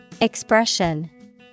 Expression